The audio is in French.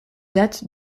date